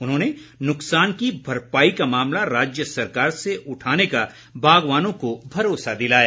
उन्होंने नुकसान की भरपाई का मामला राज्य सरकार से उठाने का बागवानों को भरोसा दिलाया